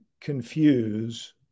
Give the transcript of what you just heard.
confuse